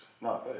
No